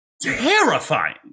terrifying